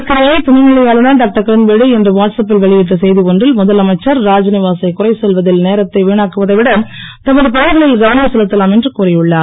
இதற்கிடையே துணைநிலை ஆளுநர் டாக்டர் கிரண்பேடி இன்று வாட்சப்பில் வெளியிட்ட செய்தி ஒன்றில் முதலமைச்சர் ராத்நிவாசை குறை சொல்வதில் நேரத்தை வீணாக்குவதை விட தமது பணிகளில் கவனம் செலுத்தலாம் என்று கூறியுள்ளார்